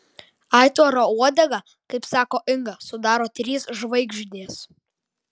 aitvaro uodegą kaip sako inga sudaro trys žvaigždės